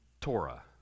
Torah